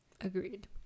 Agreed